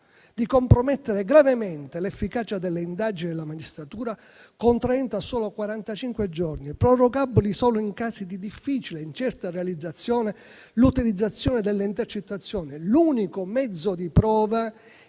di compromettere gravemente l'efficacia delle indagini della magistratura contraendo a soli quarantacinque giorni, prorogabili solo in casi di difficile e incerta realizzazione, l'utilizzazione delle intercettazioni, l'unico mezzo di prova